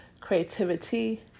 creativity